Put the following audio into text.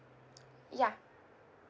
ya